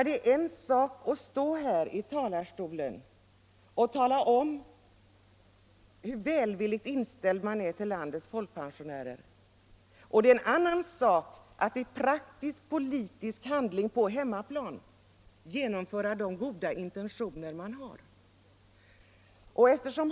Det är en sak att stå här i talarstolen och tala om hur välvillig man är till landets folkpensionärer och en annan sak att i praktisk politisk handling på hemmaplan genomföra de goda intentioner man har.